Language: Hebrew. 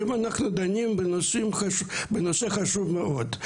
אנחנו דנים היום בנושא חשוב מאוד,